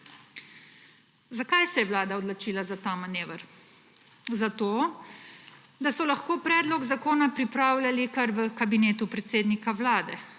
Zakaj se je Vlada odločila ta za manever? Zato, da so lahko predlog zakona pripravljali kar v Kabinetu predsednika Vlade,